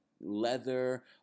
leather